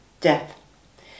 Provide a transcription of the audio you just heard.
death